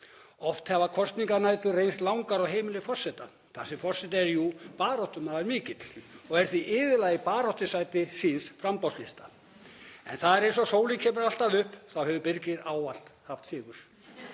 Oft hafa kosninganæturnar reynst langar á heimili forseta, þar sem forseti er jú baráttumaður mikill og er því iðulega í baráttusæti síns framboðslista. En eins og sólin kemur alltaf upp þá hefur Birgir ávallt haft sigur.